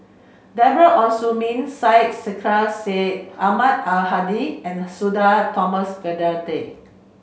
Deborah Ong Hui Min Syed Sheikh Syed Ahmad Al Hadi and Sudhir Thomas Vadaketh